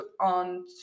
on